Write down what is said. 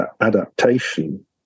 adaptation